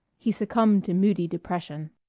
he succumbed to moody depression.